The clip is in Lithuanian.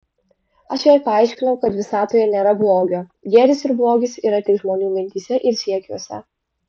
aš jai paaiškinau kad visatoje nėra blogio gėris ir blogis yra tik žmonių mintyse ir siekiuose